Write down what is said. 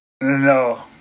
no